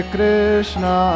Krishna